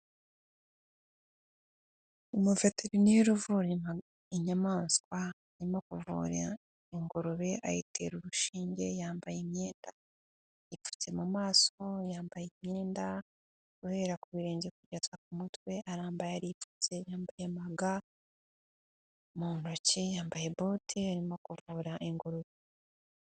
Umuveterineri uvura inyamaswa arimo kuvura ingurube ayitera urushinge, yambaye imyenda ipfutse mu maso, yambaye imyenda guhera ku birenge kugeza ku mutwe, arambaye aripfutse, yambaye amaga mu ntoki, yambaye bote arimo kuvura ingurube.